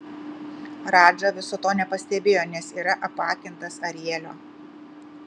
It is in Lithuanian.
radža viso to nepastebėjo nes yra apakintas arielio